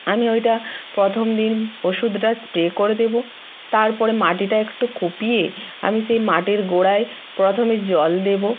আমি ওইটা প্রথম দিন ওষুধটা স্প্রে করে দেবো তারপরে মাটিটা একটু কুপিয়ে আমি সেই মাটির গোড়ায় প্রথমে জল দেবো